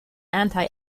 anti